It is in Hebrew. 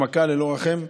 שמכה ללא רחם.